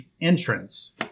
entrance